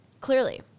Clearly